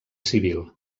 civil